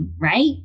right